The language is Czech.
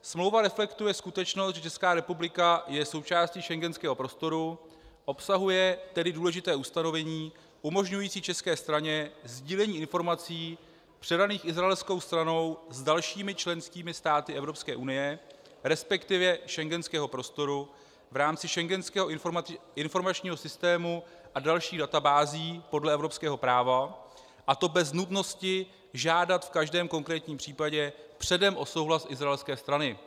Smlouva reflektuje skutečnost, že Česká republika je součástí schengenského prostoru, obsahuje tedy důležité ustanovení umožňující české straně sdílení informací předaných izraelskou stranou s dalšími členskými státy Evropské unie, resp. schengenského prostoru v rámci schengenského informačního systému a dalších databází podle evropského práva, a to bez nutnosti žádat v každém konkrétním případě předem o souhlas izraelské strany.